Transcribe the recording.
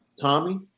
Tommy